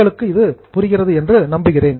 உங்களுக்கு இது புரிகிறது என்று நம்புகிறேன்